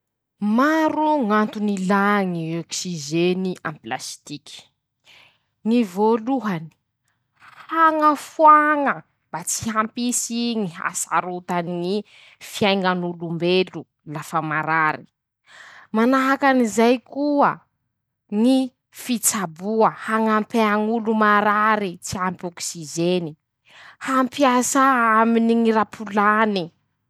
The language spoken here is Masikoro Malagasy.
Maro ñ'antony ilà ñy ôksizeny aminy lasitiky, ñy voalohany: -Hañafoaña mba tsy hampisy ñy hasarotany ñy fiaiñ'olombelo lafa marary, manahakan'izay koa, ñy fitsaboa, hañampea ñ'olo marare, tsy ampy ôksizene hampiasà aminy ñy rapolany.